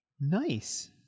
Nice